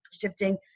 shifting